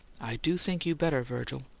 i do think you better, virgil.